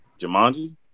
Jumanji